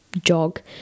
jog